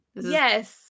Yes